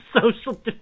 social